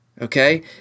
Okay